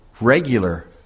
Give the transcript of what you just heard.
regular